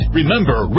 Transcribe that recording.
Remember